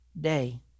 day